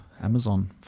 Amazon